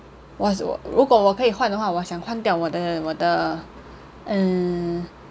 我如果我可以换的话我想换掉我的我的 uh